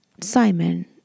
Simon